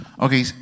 Okay